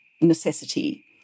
necessity